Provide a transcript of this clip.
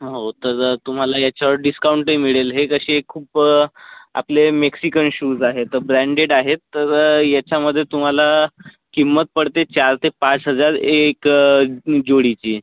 हो तर तुम्हाला याच्यावर डिस्काउंटही मिळेल हे कसे खूप आपले मेक्सिकन शूज आहेत ब्रांडेड आहेत तर याच्यामध्ये तुम्हाला किंमत पडते चार ते पाच हजार एक जोडीची